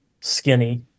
skinny